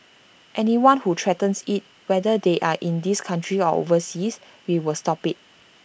anyone who threatens IT whether they are in this country or overseas we will stop IT